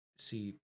See